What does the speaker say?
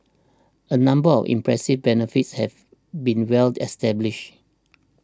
a number of impressive benefits have been well established